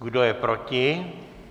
Kdo je proti?